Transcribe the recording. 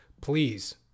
please